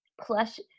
plush